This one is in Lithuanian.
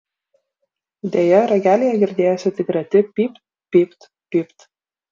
deja ragelyje girdėjosi tik reti pypt pypt pypt